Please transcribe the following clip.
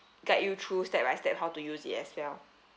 guide you through step by step how to use it as well